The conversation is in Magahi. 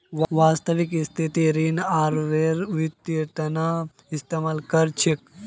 वास्तविक स्थितित ऋण आहारेर वित्तेर तना इस्तेमाल कर छेक